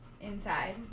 Inside